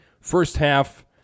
first-half